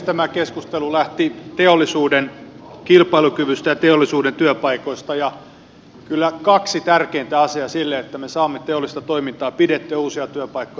tämä keskustelu lähti teollisuuden kilpailukyvystä ja teollisuuden työpaikoista ja kyllä on kaksi tärkeintä asiaa sille että me saamme teollista toimintaa pidettyä suomessa ja uusia työpaikkoja